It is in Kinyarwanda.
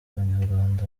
banyarwanda